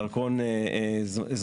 כבר באים להנפיק דרכון.